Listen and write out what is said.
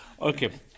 okay